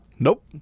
Nope